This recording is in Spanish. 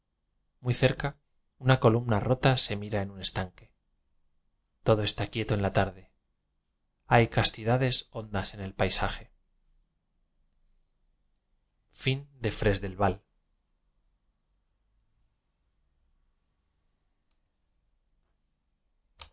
muy cerca una colum na rota se mira en un estanque todo está quieto en la tarde hay castidades hondas en el paisaje